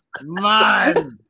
Man